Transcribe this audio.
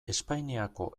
espainiako